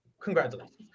Congratulations